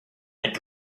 had